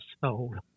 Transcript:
soul